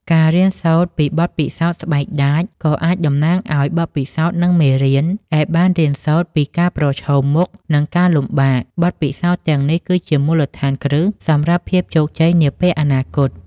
ការរៀនសូត្រពីបទពិសោធន៍ ស្បែកដាច ក៏អាចតំណាងឲ្យ បទពិសោធន៍ និង មេរៀន ដែលបានរៀនសូត្រពីការប្រឈមមុខនឹងការលំបាក បទពិសោធន៍ទាំងនេះគឺជាមូលដ្ឋានគ្រឹះសម្រាប់ភាពជោគជ័យនាពេលអនាគត។